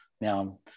now